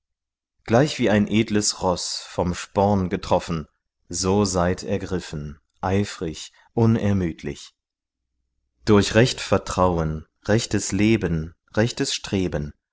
gleichwie ein edles roß vom sporn getroffen so seid ergriffen eifrig unermüdlich durch recht vertrauen rechtes leben rechtes streben